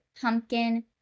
pumpkin